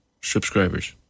subscribers